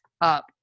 up